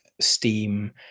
steam